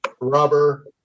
rubber